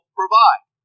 provide